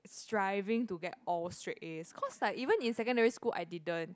striving to get all straight as cause like even in secondary school I didn't